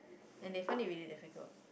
and they find it really difficult